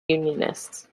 unionists